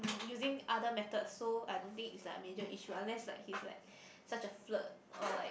using other methods so I don't think it's like a major issue unless he's like such a flirt or like